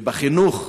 בחינוך,